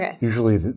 usually